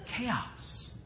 Chaos